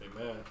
Amen